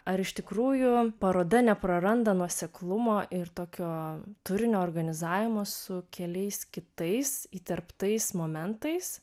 ar iš tikrųjų paroda nepraranda nuoseklumo ir tokio turinio organizavimo su keliais kitais įtemptais momentais